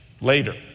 later